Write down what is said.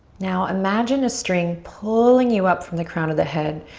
now imagine a string pulling you up from the crown of the head.